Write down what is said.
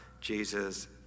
Jesus